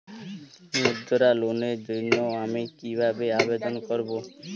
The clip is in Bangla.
মুদ্রা লোনের জন্য আমি কিভাবে আবেদন করবো?